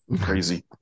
Crazy